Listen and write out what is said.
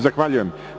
Zahvaljujem.